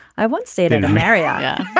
i once stayed and a mario yeah